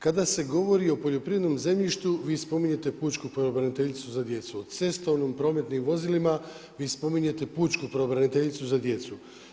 Kada se govori o poljoprivrednom zemljištu vi spominjete pučku pravobraniteljicu za djecu, o cestovnom, prometnim vozilima, vi spominjete pučku pravobraniteljicu za djecu.